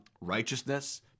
righteousness